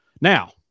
Now